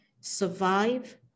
survive